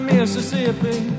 Mississippi